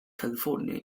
california